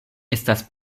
estas